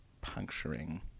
puncturing